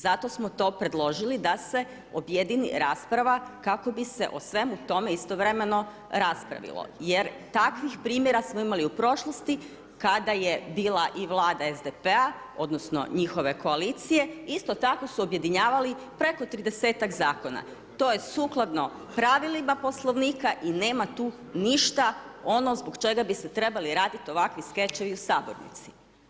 Zato smo to predložili da se objedini rasprava kako bi se o svemu tome istovremeno raspravilo, jer takvih primjera smo imali u prošlosti kada je bila i vlada SDP-a, odnosno njihove koalicije, isto tako su objedinjavali preko 30-tak zakona, to je sukladno pravilima Poslovnika i nema tu ništa ono zbog čega bi se trebali ovakvi skečevi u sabornici.